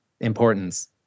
importance